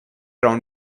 round